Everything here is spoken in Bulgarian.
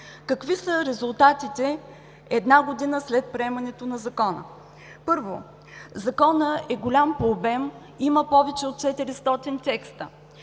Какви са резултатите една година след приемането на Закона? Първо, Законът е голям по обем, има повече от 400 текста.